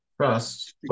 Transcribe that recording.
trust